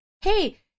hey